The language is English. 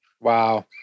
Wow